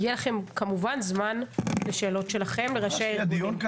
יהיה לכם כמובן זמן לשאלות שלכם לראשי הארגונים.